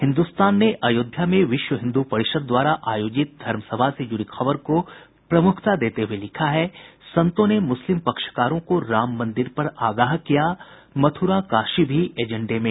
हिन्दुस्तान ने अयोध्या में विश्व हिन्दू परिषद द्वारा आयोजित धर्म सभा से जुड़ी खबर को प्रमुखता देते हुये लिखा है संतों ने मुस्लिम पक्षकारों को राम मंदिर पर आगाह किया मथुरा काशी भी एजेंडे में